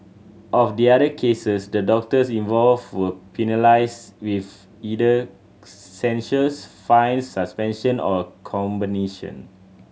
of the other cases the doctors involved were penalised with either censures fines suspension or a combination